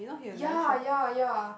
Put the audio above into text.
ya ya ya